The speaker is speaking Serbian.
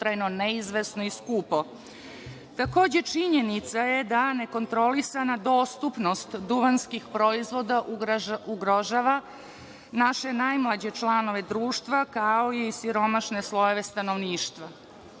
dugotrajno, neizvesno i skupo. Takođe, činjenica je da je nekontrolisana dostupnost duvanskih proizvoda. Ugrožava naše najmlađe članove društva, kao i siromašne slojeve stanovništva. Treba